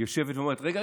יושבת ואומרת: רגע,